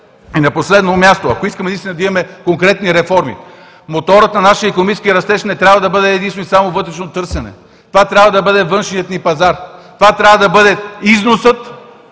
И на последно място, ако искаме наистина да имаме конкретни реформи, моторът на нашия икономически растеж не трябва да бъде единствено и само вътрешно търсене. Това трябва да бъде външният ни пазар, това трябва да бъде износът